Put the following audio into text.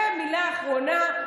ומילה אחרונה,